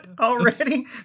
already